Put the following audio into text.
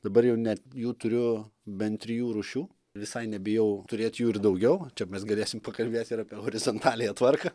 dabar jau net jų turiu bent trijų rūšių visai nebijau turėt jų ir daugiau čia mes galėsim pakalbėt ir apie horizontaliąją tvarką